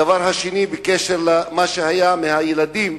הדבר השני, בקשר למה שהיה עם הילדים,